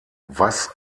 was